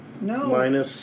No